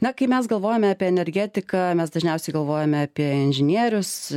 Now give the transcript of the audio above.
na kai mes galvojame apie energetiką mes dažniausiai galvojame apie inžinierius